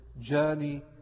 journey